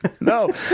No